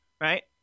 right